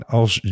als